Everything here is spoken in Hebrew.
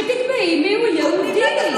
אז מי את שתקבעי מיהו יהודי?